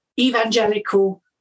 evangelical